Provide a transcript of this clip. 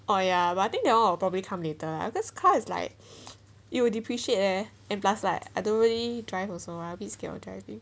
oh ya but I think that one probably come later because car is like it will depreciate eh and plus like I don't really drive also a bit scared of driving